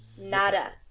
Nada